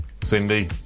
Cindy